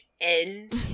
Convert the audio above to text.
end